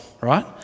right